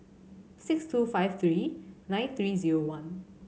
six two five three nine three zero one